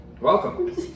welcome